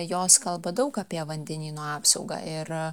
jos kalba daug apie vandenynų apsaugą ir